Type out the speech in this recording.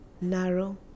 narrow